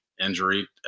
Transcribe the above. injury